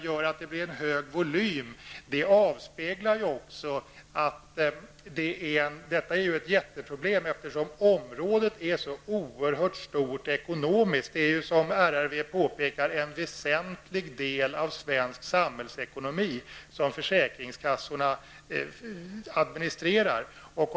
Förhållandena i försäkringssektorn är särskilt allvarliga, eftersom detta område har en så oerhört stor ekonomisk volym. Som RRV påpekar är det ju en väsentlig del av svensk samhällsekonomi som administreras av försäkringskassorna.